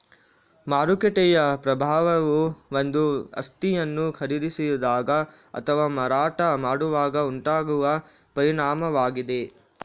ಮಾರುಕಟ್ಟೆಯ ಪ್ರಭಾವವು ಒಂದು ಆಸ್ತಿಯನ್ನು ಖರೀದಿಸಿದಾಗ ಅಥವಾ ಮಾರಾಟ ಮಾಡುವಾಗ ಉಂಟಾಗುವ ಪರಿಣಾಮವಾಗಿದೆ